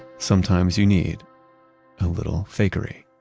sometimes you need a little fakery